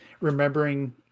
remembering